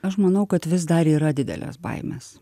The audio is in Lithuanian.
aš manau kad vis dar yra didelės baimės